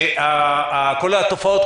שכל התופעות,